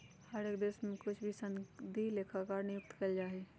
हर एक देश में कुछ ही सनदी लेखाकार नियुक्त कइल जा हई